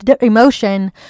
emotion